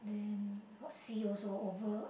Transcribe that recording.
then got sea also over